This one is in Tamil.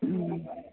ம்